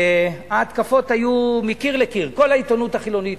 ההתקפות היו מקיר לקיר: כל העיתונות החילונית,